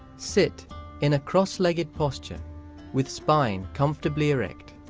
sit in a crossed-legged posture with spine comfortably erect.